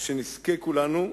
שנזכה כולנו,